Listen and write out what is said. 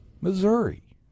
Missouri